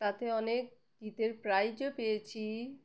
তাতে অনেক গীতের প্রাইজও পেয়েছি